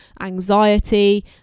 anxiety